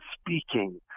speaking